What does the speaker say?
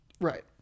Right